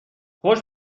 خوش